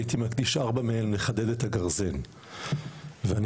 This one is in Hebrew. הייתי מקדיש ארבע מהן לחדד את הגרזן"; ואני